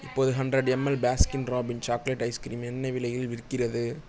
இப்போது hundred ML Baskin Robbins chocolate ice cream என்ன விலையில் விற்கிறது